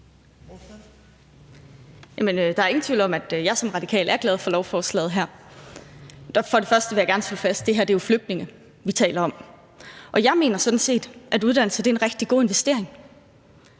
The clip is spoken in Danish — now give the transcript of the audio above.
Der er ingen tvivl om, at jeg som radikal er glad for lovforslaget her. For det første vil jeg gerne slå fast, at det, vi taler om her, er flygtninge. For det andet mener jeg sådan set, at uddannelse er en rigtig god investering.